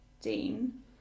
Dean